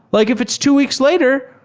like if it's two weeks later,